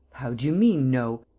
how do you mean, no?